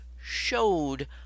showed